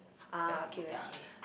ah okay okay